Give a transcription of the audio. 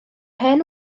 hen